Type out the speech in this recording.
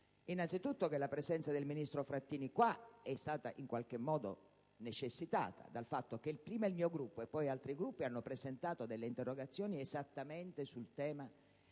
Innanzitutto, che la presenza del ministro Frattini qui è stata necessitata dal fatto che prima il mio Gruppo e poi altri hanno presentato delle interrogazioni esattamente sul tema